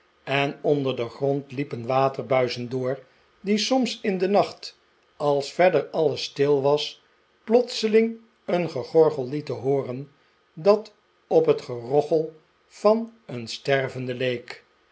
en onder den grond liepen waterbuizen door die soms in den nacht als verder alles stil was plotseling een gegorgel lieten hooren dat op het gerochel van een stervende leek